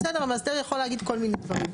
בסדר, המאסדר יכול להגיד כל מיני דברים.